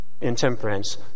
intemperance